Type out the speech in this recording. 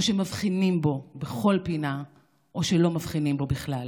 או שמבחינים בו בכל פינה או שלא מבחינים בו בכלל.